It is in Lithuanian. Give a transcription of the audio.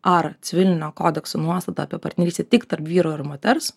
ar civilinio kodekso nuostata apie partnerystę tik tarp vyro ir moters